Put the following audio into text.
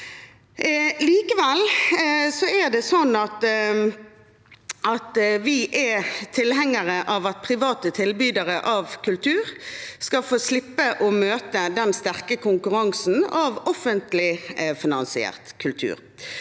tilhengere av at private tilbydere av kultur skal få slippe å møte den sterke konkurransen fra offentlig finansiert kultur.